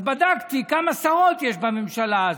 אז בדקתי כמה שרות יש בממשלה הזאת,